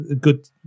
good